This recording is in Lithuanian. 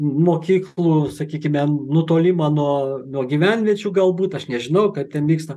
mokyklų sakykime nutolimą nuo nuo gyvenviečių galbūt aš nežinau ką ten vyksta